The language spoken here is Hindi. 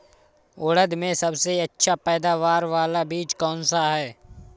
उड़द में सबसे अच्छा पैदावार वाला बीज कौन सा है?